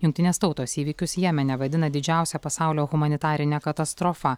jungtinės tautos įvykius jemene vadina didžiausia pasaulio humanitarine katastrofa